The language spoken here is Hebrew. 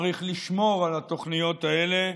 צריך לשמור על התוכניות האלה,